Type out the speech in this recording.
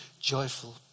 joyful